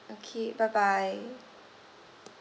okay bye bye